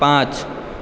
पाँच